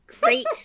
Great